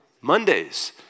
Mondays